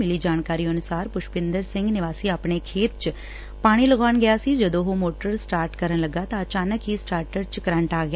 ਮਿਲੀ ਜਾਣਕਾਰੀ ਅਨੁਸਾਰ ਪੁਸ਼ਪਿੰਦਰ ਸਿੰਘ ਨਿਵਾਸੀ ਆਪਣੇ ਖੇਤ ਚ ਪਾਣੀ ਲਗਾਉਣ ਗਿਆ ਸੀ ਜਦੋਂ ਉਹ ਮੋਟਰ ਸਟਾਰਟ ਕਰਨ ਲੱਗਾ ਤਾਂ ਅਚਾਨਕ ਹੀ ਸਟਾਰਟਰ ਚ ਕਰੰਟ ਆ ਗਿਆ